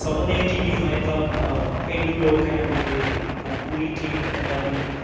ਸਮਝਦੇ ਹਾਂ ਕਿ ਵੀ ਹਾਂ ਇਹ ਤਾਂ ਪੇਂਡੂ ਲੋਕ ਹੈ ਬਈ ਇਹ ਪੂਰੀ ਠੇਠ ਪੰਜਾਬੀ